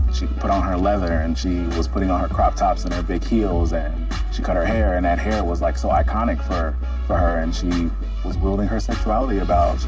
put on her leather, and she was putting on her crop tops and her big heels, and she cut her hair, and that hair was, like, so iconic for for her, and she was wielding her sexuality about.